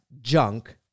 junk